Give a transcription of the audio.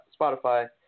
Spotify